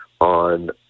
on